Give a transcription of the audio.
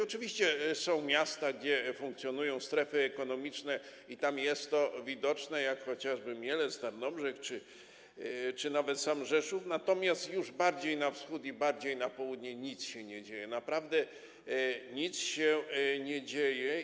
Oczywiście są miasta, gdzie funkcjonują strefy ekonomiczne - tam jest to widoczne - jak chociażby Mielec, Tarnobrzeg czy nawet sam Rzeszów, natomiast już bardziej na wschód i bardziej na południe nic się nie dzieje, naprawdę nic się nie dzieje.